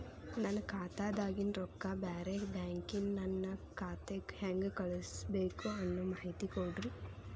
ನನ್ನ ಖಾತಾದಾಗಿನ ರೊಕ್ಕ ಬ್ಯಾರೆ ಬ್ಯಾಂಕಿನ ನನ್ನ ಖಾತೆಕ್ಕ ಹೆಂಗ್ ಕಳಸಬೇಕು ಅನ್ನೋ ಮಾಹಿತಿ ಕೊಡ್ರಿ?